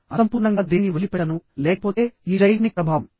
అసంపూర్ణంగా దేనినీ వదిలిపెట్టను లేకపోతే ఈ జైగర్నిక్ ప్రభావం